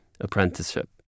apprenticeship